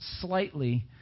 slightly